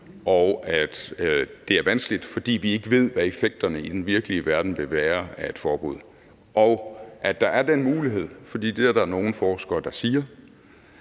og at det er vanskeligt, fordi vi ikke ved, hvad effekterne i den virkelige verden vil være af et forbud – og af, at der er den mulighed. For der er nogle forskere, der siger,